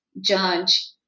judge